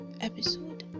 episode